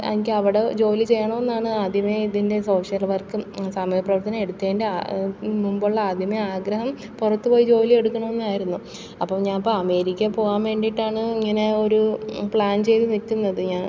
എനിക്കവടെ ജോലി ചെയ്യണമെന്നാണ് ആദ്യമേ ഇതിൻ്റെ സോഷ്യൽ വർക്കും സാമൂഹ്യ പ്രവർത്തനം എടുത്തതിൻ്റെ മുൻപുള്ള ആദ്യമേ ആഗ്രഹം പുറത്ത് പോയി ജോലി എടുക്കണം എന്നായിരുന്നു അപ്പോൾ ഞാന് ഇപ്പോൾ അമേരിക്കയിൽ പോകാൻ വേണ്ടിയിട്ടാണ് ഇങ്ങനെ ഒര് പ്ലാൻ ചെയ്ത് നിൽക്കുന്നത് ഞാ